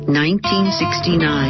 1969